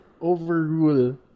overrule